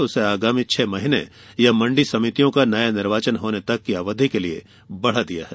उसे आगामी छह महीने या मंडी समितियों का नया निर्वाचन होने तक की अवधि के लिए बढ़ा दिया है